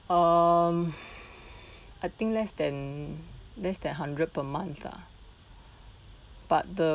um I think less than less than less than hundred per month lah but the